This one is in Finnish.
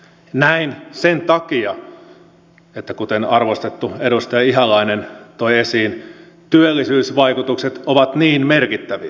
näin sen takia että kuten arvostettu edustaja ihalainen toi esiin työllisyysvaikutukset ovat niin merkittäviä